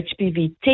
HPV